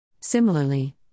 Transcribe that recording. Similarly